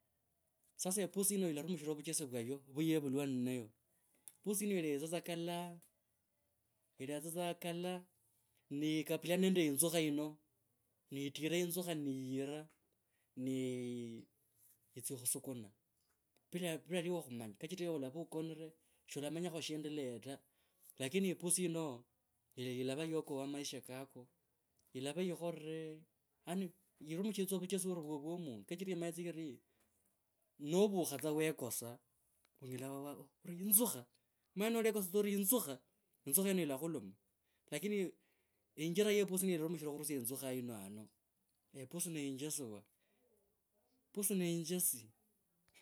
Sasa e pussy yino yilarumishraa vuohesi vwayo vwa yevulwa ninayo. Pussy yino yiletsa tsa kalaa, iletsa tsa kalaa, nikabiliana nende inzukha yino, nitira inzukha niyira, ni itsya khusukuna. Bila, bilali yiwe khumanya kachira ewe olava ukonire shomanyakho shiyendelea ta. Lakini pussy yino ila, llava yookoe maisha kako, llva ikhorre, yaani yirumushiree tsa vuchesi oro vwo omundu. Kachira yimanyree tsa yiri novukha tsa wekosa onyela wa, inzukha omanye mwo olekosa ori inzukha. Inzukha yino ilakhuluma. Lakini injira ye pussy ilarumishra khurusia inzukha yino ano, e pussy ne injesi waa pussy ne injesi.